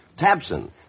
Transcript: Tabson